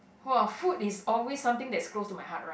!wah! food is always something that's close to my heart ra~